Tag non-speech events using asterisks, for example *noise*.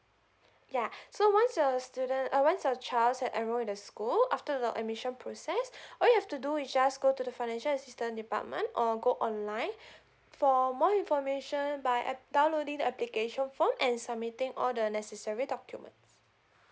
yeah *breath* so once your student uh once your child's like enrol in the school after the admission process *breath* all you have to do is just go to the financial assistance department or go online for more information by ap~ downloading the application form and submitting all the necessary documents